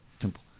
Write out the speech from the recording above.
simple